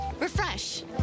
refresh